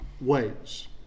ways